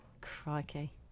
Crikey